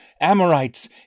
Amorites